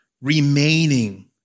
remaining